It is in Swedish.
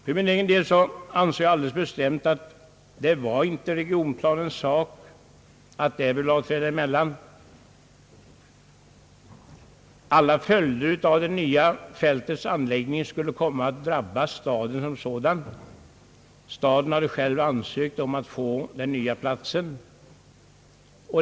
För min egen del anser jag alldeles bestämt, att det inte var regionplaneringens sak att därvidlag träda emellan alla följder av det nya fältets anläggning skulle komma att drabba staden som sådan. Staden hade själv ansökt om att få den nya platsen.